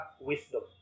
wisdom